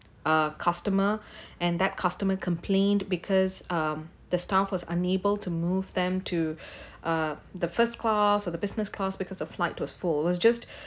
uh customer and that customer complained because um the staff was unable to move them to uh the first class or the business class because of flight was full was just